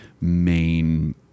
main